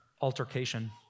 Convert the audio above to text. altercation